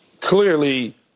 Clearly—